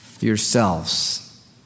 Yourselves